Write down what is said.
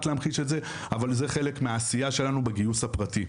להמחיש את זה אבל זה חלק מהעשייה שלנו בגיוס הפרטי.